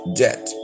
debt